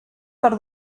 per